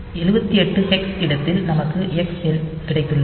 78 hex இடத்தில் நமக்கு X எண் கிடைத்துள்ளது